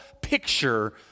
picture